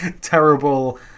terrible